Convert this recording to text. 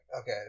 okay